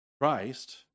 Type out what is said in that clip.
Christ